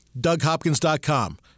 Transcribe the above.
DougHopkins.com